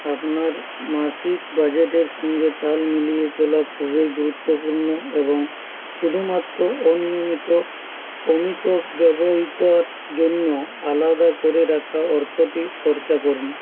আপনার মাসিক বাজেটের সঙ্গে তাল মিলিয়ে চলা খুবই গুরুত্বপূর্ণ এবং শুধুমাত্র অনিয়মিত অমিত ব্যবহিতার জন্য আলাদা করে রাখা অর্থটি খরচা করুন